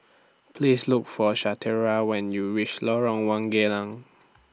Please Look For Shatara when YOU REACH Lorong one Geylang